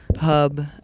Hub